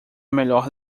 melhor